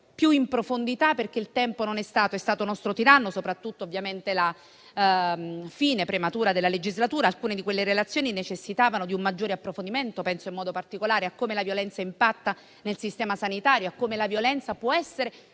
più in profondità, perché il tempo è stato tiranno, soprattutto ovviamente vista la fine prematura della legislatura. Alcune relazioni necessitavano di un maggiore approfondimento: penso in modo particolare a come la violenza impatta sul Sistema sanitario e a come può essere